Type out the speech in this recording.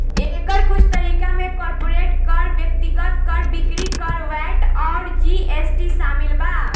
एकर कुछ तरीका में कॉर्पोरेट कर, व्यक्तिगत कर, बिक्री कर, वैट अउर जी.एस.टी शामिल बा